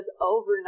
overnight